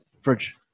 Fridge